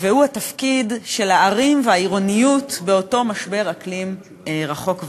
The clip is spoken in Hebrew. והוא התפקיד של הערים והעירוניות באותו משבר אקלים רחוק ועלום.